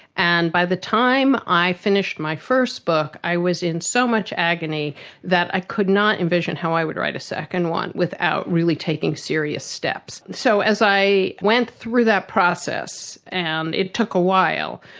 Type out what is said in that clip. and by the time i finished my first book i was in so much agony that i could not envision how i would write a second one without really taking serious steps. and so as i went through that process, and it took a while,